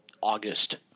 August